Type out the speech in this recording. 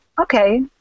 okay